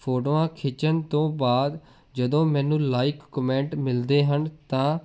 ਫੋਟੋਆਂ ਖਿੱਚਣ ਤੋਂ ਬਾਅਦ ਜਦੋਂ ਮੈਨੂੰ ਲਾਈਕ ਕਮੈਂਟ ਮਿਲਦੇ ਹਨ ਤਾਂ